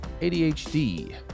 ADHD